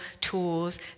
tools